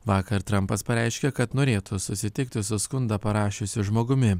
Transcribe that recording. vakar trampas pareiškė kad norėtų susitikti su skundą parašiusiu žmogumi